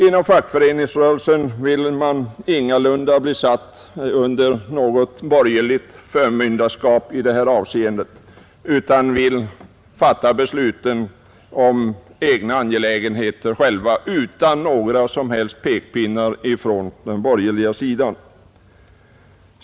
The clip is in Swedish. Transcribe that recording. Inom fackföreningsrörelsen vill man ingalunda bli satt under något borgerligt förmyndarskap i detta avseende; man vill fatta besluten om egna angelägenheter själv utan några som helst pekpinnar från den borgerliga sidan.